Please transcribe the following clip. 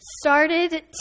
started